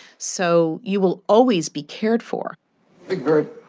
so you will always be cared for big bird,